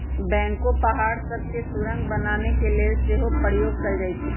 backhoe पहाड़ सभ में सुरंग बनाने के लेल सेहो प्रयोग कएल जाइ छइ